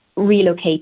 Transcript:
relocate